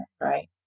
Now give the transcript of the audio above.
right